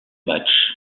match